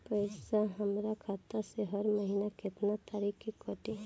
पैसा हमरा खाता से हर महीना केतना तारीक के कटी?